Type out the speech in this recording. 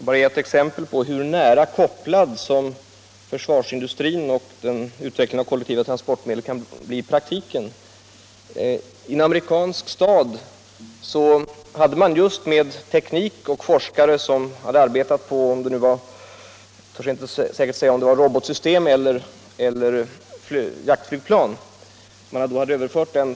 Herr talman! Jag skall bara ge ett exempel på hur nära kopplad försvarsindustrin och utvecklingen av kollektiva transportmedel kan bli i praktiken. I en amerikansk stad hade tekniker och forskare arbetat på att få fram ett robotsystem eller ett jaktflygplan — jag kan inte säkert säga vilket det var.